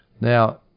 Now